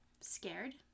Scared